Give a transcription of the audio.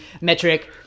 metric